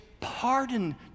pardon